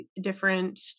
different